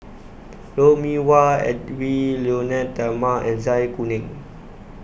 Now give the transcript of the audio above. Lou Mee Wah Edwy Lyonet Talma and Zai Kuning